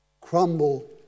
crumble